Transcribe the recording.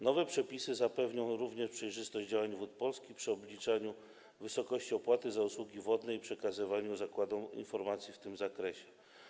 Nowe przepisy zapewnią również przejrzystość działań Wód Polskich przy obliczaniu wysokości opłaty za usługi wodne i przekazywaniu zakładom informacji w tym zakresie.